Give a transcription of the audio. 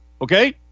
Okay